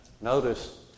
notice